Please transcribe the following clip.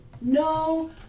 No